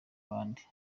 abandi